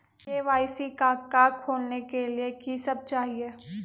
KYC का का खोलने के लिए कि सब चाहिए?